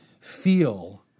feel